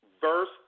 Verse